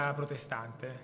protestante